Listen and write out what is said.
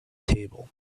table